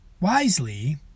wisely